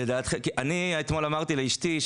אתמול אמרתי לאשתי,